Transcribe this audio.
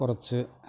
കുറച്ച്